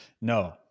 No